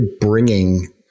bringing